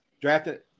drafted